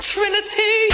Trinity